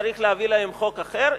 צריך להביא להם חוק אחר.